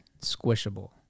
Squishable